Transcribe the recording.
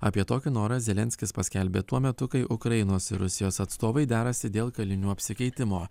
apie tokį norą zelenskis paskelbė tuo metu kai ukrainos ir rusijos atstovai derasi dėl kalinių apsikeitimo